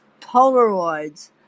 Polaroids